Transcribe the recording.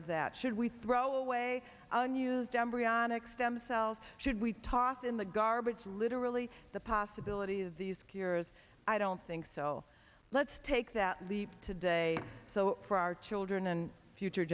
of that should we throw away unused embryonic stem cells should we toss in the garbage literally the possibility of these cures i don't think so let's take that leap today so for our children and future